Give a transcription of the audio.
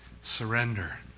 surrender